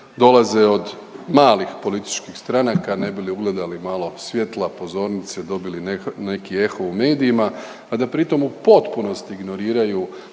dolaze od malih političkih stranaka ne bi li ugledali malo svjetla pozornice, dobili neki eho u medijima, a da pritom u potpunosti ignoriraju